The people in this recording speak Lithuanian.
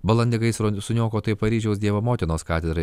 balandį gaisro suniokotai paryžiaus dievo motinos katedrai